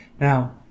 Now